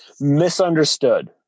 Misunderstood